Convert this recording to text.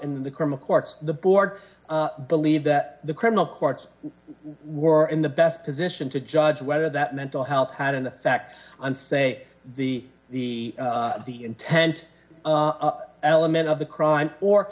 in the criminal courts the board believed that the criminal courts were in the best position to judge whether that mental health had an effect on say the the the intent element of the crime or